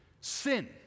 sin